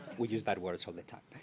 we use bad words all the time.